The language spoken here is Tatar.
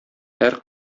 һәр